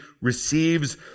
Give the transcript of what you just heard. receives